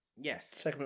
Yes